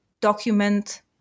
document